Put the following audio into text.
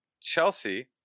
Chelsea